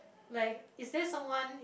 like is there someone